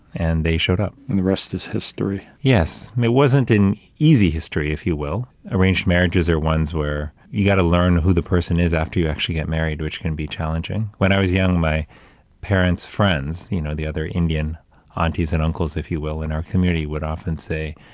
and they showed up. and the rest is history. yes, it wasn't an easy history, if you will. arranged marriages are ones where you got to learn who the person is after you actually get married, which can be challenging. when i was young, my parent's friends, you know, the other indian ah aunties and uncles, if you will, in our community, would often say,